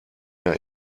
der